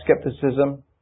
skepticism